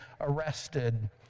arrested